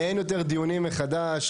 אין יותר דיונים מחדש,